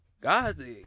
god